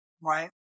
Right